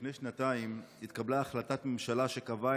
לפני שנתיים התקבלה החלטת ממשלה שקבעה